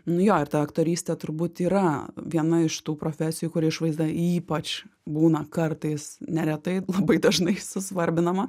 nu jo ir ta aktorystė turbūt yra viena iš tų profesijų kur išvaizda ypač būna kartais neretai labai dažnai susvarbinama